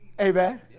Amen